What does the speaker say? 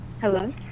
Hello